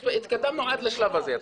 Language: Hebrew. אתה אומר שהתקדמנו עד לשלב הזה.